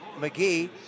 McGee